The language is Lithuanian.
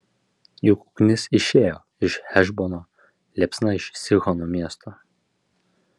juk ugnis išėjo iš hešbono liepsna iš sihono miesto